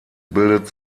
bildet